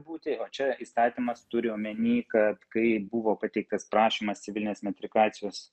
būti o čia įstatymas turi omeny kad kai buvo pateiktas prašymas civilinės metrikacijos